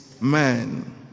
man